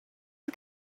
you